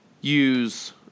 use